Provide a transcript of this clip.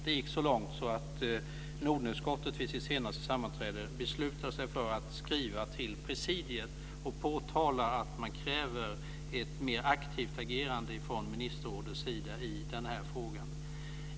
Det har gått så långt att Nordenutskottet vid sitt senaste sammanträde beslutade sig för att skriva till presidiet och framhålla att man kräver ett mer aktivt agerande från ministerrådets sida i den här frågan.